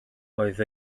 roedd